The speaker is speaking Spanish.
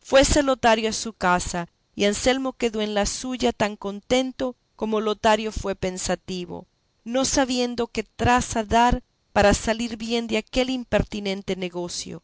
fuese lotario a su casa y anselmo quedó en la suya tan contento como lotario fue pensativo no sabiendo qué traza dar para salir bien de aquel impertinente negocio